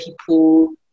people